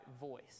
voice